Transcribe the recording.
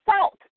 salt